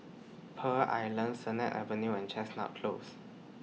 Pearl Island Sennett Avenue and Chestnut Close